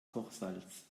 kochsalz